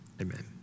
amen